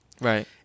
Right